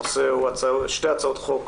הנושא הוא שתי הצעות חוק